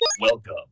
welcome